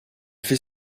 fait